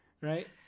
right